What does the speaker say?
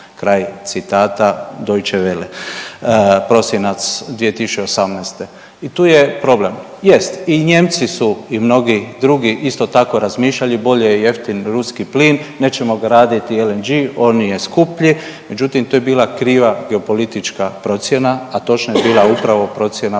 Kraj citata Deutsche Welle, prosinac 2018. I tu je problem. Jest i Nijemci su i mnogi drugi isto tako razmišljali, bolje jeftin ruski plin, nećemo graditi LNG on je skuplji, međutim to je bila kriva geopolitička procjena a točno je bila upravo procjena